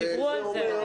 דיברו על זה.